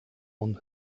und